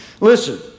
Listen